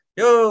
yo